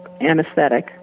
anesthetic